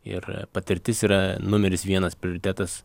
ir patirtis yra numeris vienas prioritetas